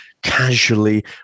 casually